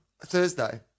Thursday